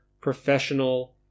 professional